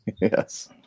Yes